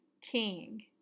King